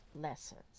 Lessons